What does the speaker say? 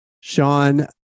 Sean